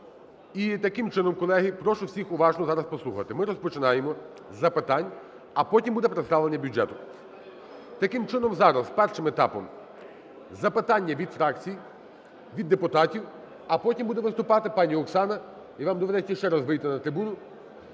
І таким чином, колеги, прошу всіх уважно зараз послухати, ми розпочинаємо з запитань, а потім буде представлення бюджету. Таким чином, зараз першим етапом запитання від фракцій, від депутатів, а потім буде виступати пані Оксана. І вам доведеться ще раз вийти на трибуну